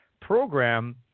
program